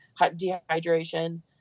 dehydration